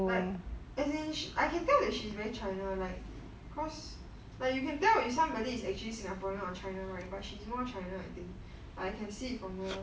like as in I can tell that she's very china like because like you can tell you if somebody is actually singaporean or china right but she's more china I can see it from her